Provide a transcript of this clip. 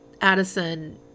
Addison